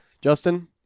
Justin